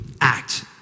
act